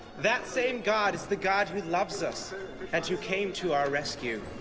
that same god is the god who loves us and who came to our rescue.